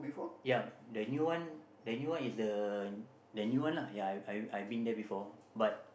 ya the new one the new one is the the new one lah ya I I I have been there before but